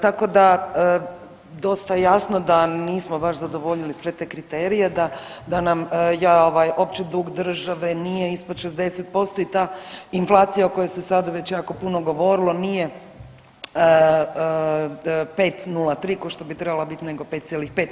Tako da dosta je jasno da nismo baš zadovoljili sve te kriterije da, da nam je ovaj opći dug države nije ispod 60% i ta inflacija o kojoj se sada već jako puno govorilo nije 5,03 košto bi trebala bit nego 5,5.